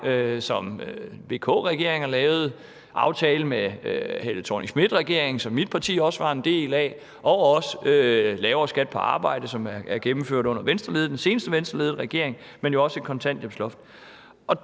som VK-regeringer lavede, aftalen med regeringen Helle Thorning-Schmidt, som mit parti også var en del af, til også lavere skat på arbejde, som er gennemført under den seneste Venstreledede regering. Men jo også et kontanthjælpsloft.